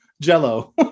jello